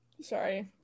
Sorry